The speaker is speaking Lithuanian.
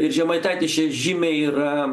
ir žemaitaitis čia žymiai yra